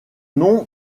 nom